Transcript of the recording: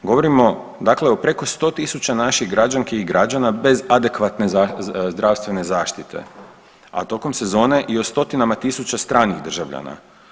Govorimo dakle o preko 100 000 naših građanki i građana bez adekvatne zdravstvene zaštite, a tokom sezone i o stotinama tisuća stranih državljana.